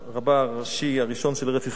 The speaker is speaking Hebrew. רבה הראשי הראשון של ארץ-ישראל,